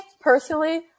personally